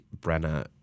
Brenna